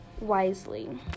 wisely